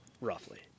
Roughly